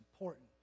important